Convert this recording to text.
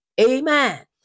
Amen